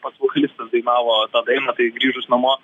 pats vokalistas dainavo tą dainą kai grįžus namo